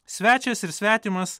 svečias ir svetimas